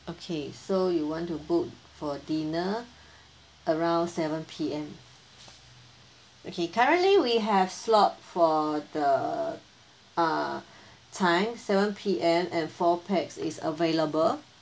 okay so you want to book for dinner around seven P_M okay currently we have slot for the uh time seven P_M and four pax is available